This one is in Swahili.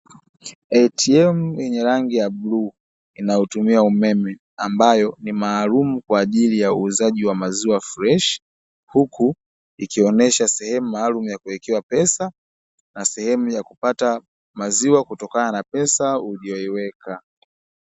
'ATM' yenye rangi ya bluu inayotumia umeme ambayo ni maalumu kwa uuzaji wa maziwa freshi, huku ikionyesha sehemu maalumu ya kuwekea pesa na sehemu ya kupata maziwa kutokana na pesa uliyoiweka.